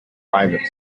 private